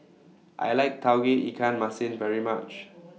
I like Tauge Ikan Masin very much